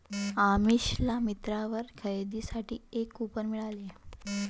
अमिषाला मिंत्रावर खरेदीसाठी एक कूपन मिळाले